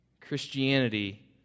Christianity